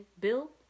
bill